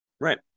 Right